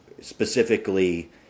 specifically